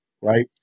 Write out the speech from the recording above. right